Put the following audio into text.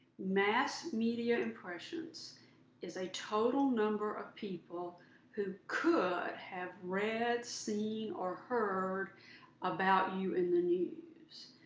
mass media impressions is a total number of people who could have read, seen, or heard about you in the news.